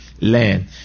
land